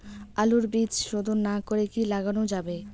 আলুর বীজ শোধন না করে কি লাগানো যাবে?